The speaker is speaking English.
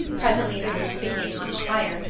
presently the roof became much higher,